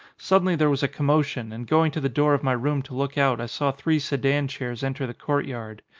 suddenly there was a commotion and going to the door of my room to look out i saw three sedan chairs enter the court yard.